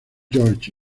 george